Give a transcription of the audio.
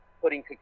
putting